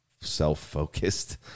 self-focused